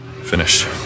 Finish